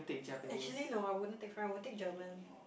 actually no I wouldn't take French I would take German